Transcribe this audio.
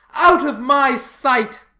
out of my sight!